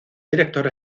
director